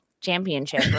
championship